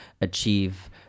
achieve